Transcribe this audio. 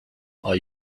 are